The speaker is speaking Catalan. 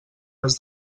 res